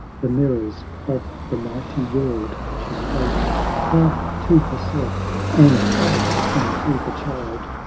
the mirrors of the mighty world, she spoke half to herself and half unto the child,